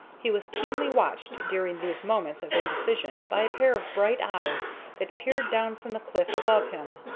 he was keenly watched during these moments of indecision by a pair of bright eyes that peered down from the cliff above him.